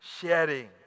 Sharing